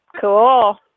Cool